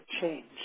Change